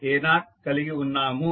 a1sa0 కలిగి ఉన్నాము